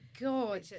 God